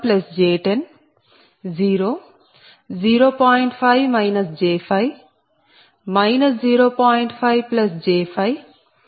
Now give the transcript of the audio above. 5 j5 0